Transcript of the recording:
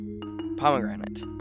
pomegranate